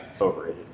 overrated